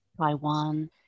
Taiwan